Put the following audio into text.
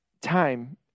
Time